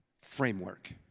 framework